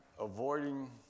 avoiding